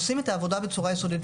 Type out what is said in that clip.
עושים את העבודה בצורה יסודית.